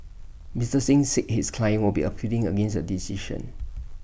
Mister Singh said his client would be appealing against the decision